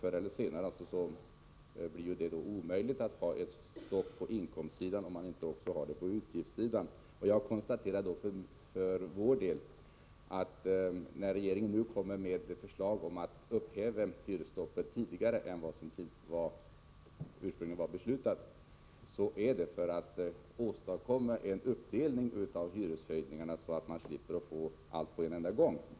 Förr eller senare blir det alltså omöjligt att ha ett stopp på inkomstsidan, om man inte har det också på utgiftssidan. Jag konstaterar då för vår del att när regeringen nu kommer med förslag om att hyresstoppet skall upphävas tidigare än vad som ursprungligen var beslutat, så gör man det för att åstadkomma en uppdelning av hyreshöjningarna, så att man slipper få allt på en enda gång.